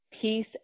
peace